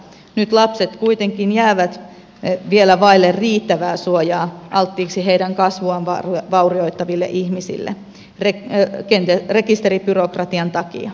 nyt lapset kuitenkin jäävät vielä vaille riittävää suojaa alttiiksi heidän kasvuaan vaurioittaville ihmisille rekisteribyrokratian takia